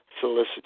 solicit